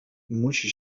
musi